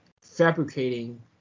fabricating